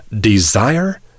desire